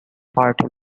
party